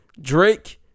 Drake